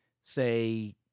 say